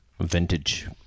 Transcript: vintage